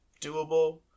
doable